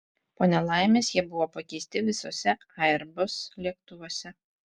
po nelaimės jie buvo pakeisti visuose airbus lėktuvuose